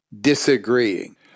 disagreeing